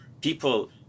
people